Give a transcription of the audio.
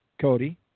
Cody